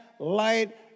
Light